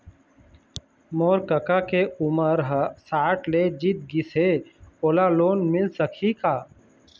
मोर कका के उमर ह साठ ले जीत गिस हे, ओला लोन मिल सकही का?